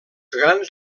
grans